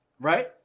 right